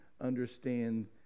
understand